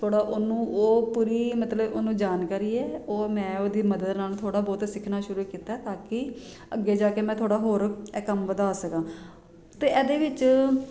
ਥੋੜ੍ਹਾ ਉਹਨੂੰ ਉਹ ਪੂਰੀ ਮਤਲਬ ਉਹਨੂੰ ਜਾਣਕਾਰੀ ਹੈ ਉਹ ਮੈਂ ਉਹਦੀ ਮਦਦ ਨਾਲ ਥੋੜ੍ਹਾ ਬਹੁਤ ਸਿੱਖਣਾ ਸ਼ੁਰੂ ਕੀਤਾ ਹੈ ਤਾਂ ਕਿ ਅੱਗੇ ਜਾ ਕੇ ਮੈਂ ਥੋੜ੍ਹਾ ਹੋਰ ਇਹ ਕੰਮ ਵਧਾ ਸਕਾਂ ਅਤੇ ਇਹਦੇ ਵਿੱਚ